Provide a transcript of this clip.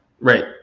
Right